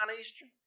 Eastern